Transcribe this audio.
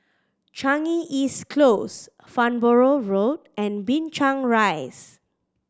Changi East Close Farnborough Road and Binchang Rise